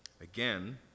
again